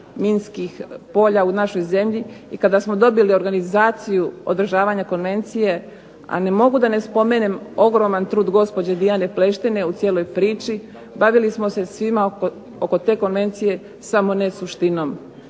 minskih polja u našoj zemlji i kada smo dobili organizaciju održavanja konvencije, a ne mogu da ne spomene ogroman trud gospođe Dijane Pleštine u cijeloj priči, bavili smo se svima oko te konvencije, samo ne suštinom.